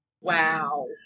Wow